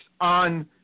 on